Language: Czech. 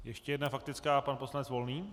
Ještě jedna faktická pan poslanec Volný.